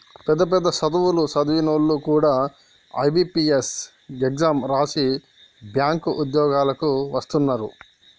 పెద్ద పెద్ద సదువులు సదివినోల్లు కూడా ఐ.బి.పీ.ఎస్ ఎగ్జాం రాసి బ్యేంకు ఉద్యోగాలకు వస్తున్నరు